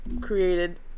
created